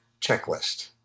checklist